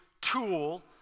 tool